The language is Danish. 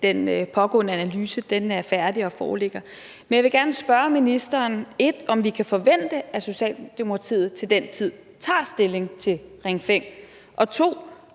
der pågår, er færdig og foreligger. Men jeg vil gerne spørge ministeren, 1) om vi kan forvente, at Socialdemokratiet til den tid tager stilling til Ring 5, og 2)